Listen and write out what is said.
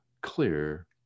clear